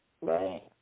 Right